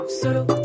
solo